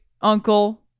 uncle